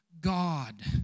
God